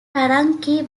taranaki